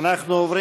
אפשר לרשום אותי?